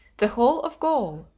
the whole of gaul,